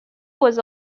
was